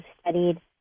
studied